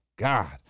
God